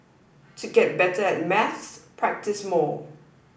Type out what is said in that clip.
to get better at maths practise more